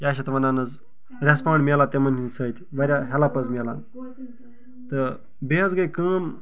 کیٛاہ چھِ اَتھ وَنان حظ ریٚسپانٛڈ میلان تِمَن ہنٛدۍ سۭتۍ واریاہ ہیٚلٕپ حظ میلان تہٕ بیٚیہِ حظ گٔے کٲم